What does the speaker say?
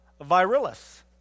virilis